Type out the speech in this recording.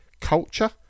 culture